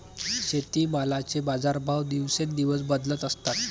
शेतीमालाचे बाजारभाव दिवसेंदिवस बदलत असतात